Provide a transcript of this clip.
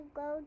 go